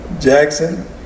Jackson